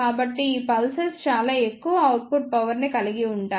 కాబట్టి ఈ పల్సెస్ చాలా ఎక్కువ అవుట్పుట్ పవర్ ని కలిగి ఉంటాయి